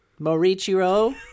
Morichiro